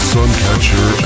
Suncatcher